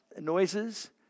noises